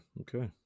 okay